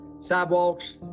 sidewalks